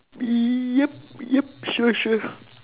yup yup sure sure